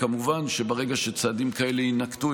כמובן שברגע שצעדים כאלה יינקטו,